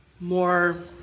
more